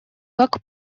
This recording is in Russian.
как